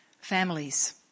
Families